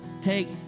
take